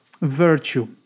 virtue